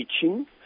teaching